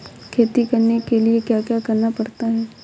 खेती करने के लिए क्या क्या करना पड़ता है?